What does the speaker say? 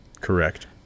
Correct